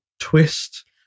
twist